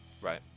Right